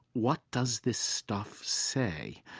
what does this stuff say?